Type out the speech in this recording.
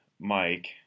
Mike